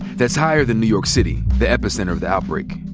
that's higher than new york city, the epicenter of the outbreak.